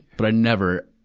but i never,